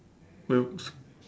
well